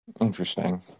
Interesting